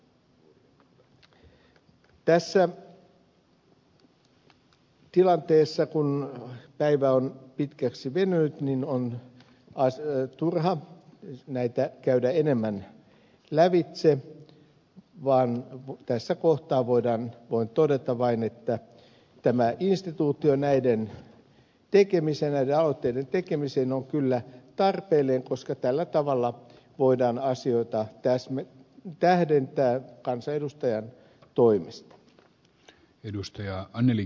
tässä tilanteessa kun päivä on pitkäksi venynyt on turha näitä käydä enemmän lävitse vaan tässä kohtaa voin todeta vain että tämä instituutio näiden aloitteiden tekemiseen on kyllä tarpeellinen koska tällä tavalla voidaan asioita tähdentää kansanedustajan toimesta